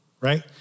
right